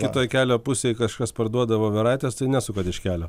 kitoj kelio pusėj kažkas parduoda voveraites tai nesukat iš kelio